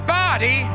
body